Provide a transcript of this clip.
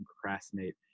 procrastinate